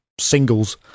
singles